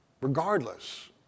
regardless